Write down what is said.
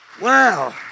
Wow